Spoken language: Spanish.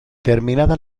terminada